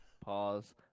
Pause